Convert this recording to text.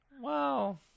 Wow